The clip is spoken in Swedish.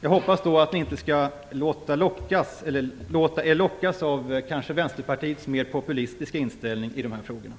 Jag hoppas då att ni inte skall låta er lockas av Vänsterpartiets kanske mer populistiska inställning i dessa frågor.